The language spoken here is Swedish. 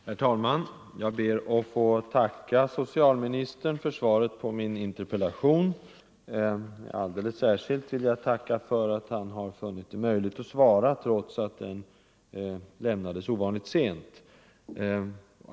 Herr talman! Jag ber att få tacka socialministern för svaret på min interpellation. Alldeles särskilt vill jag tacka för att han har funnit det möjligt att svara trots att den lämnades ovanligt sent.